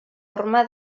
horma